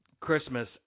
Christmas